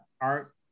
art